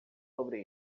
sobre